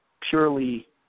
purely